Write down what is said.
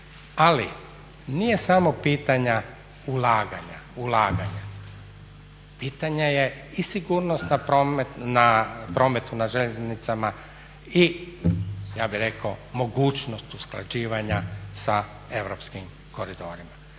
Ali nije samo pitanja ulaganja, pitanje je i sigurnost na prometu i ja bih rekao mogućnost usklađivanja sa europskim koridorima.